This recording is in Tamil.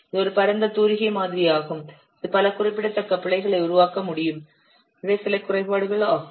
இது ஒரு பரந்த தூரிகை மாதிரியாகும் இது பல குறிப்பிடத்தக்க பிழைகளை உருவாக்க முடியும் இவை சில குறைபாடுகள் ஆகும்